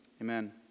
Amen